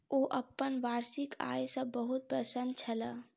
ओ अपन वार्षिक आय सॅ बहुत प्रसन्न छलाह